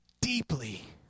deeply